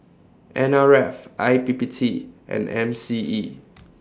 N R F I P P T and M C E